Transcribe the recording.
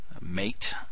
mate